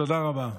תודה רבה.